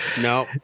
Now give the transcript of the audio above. No